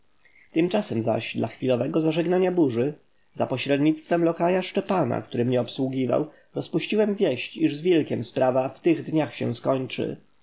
tymczasem zaś dla chwilowego zażegnania burzy za pośrednictwem lokaja szczepana który mnie obsługiwał rozpuściłem wieść iż z wilkiem sprawa w tych dniach się skończy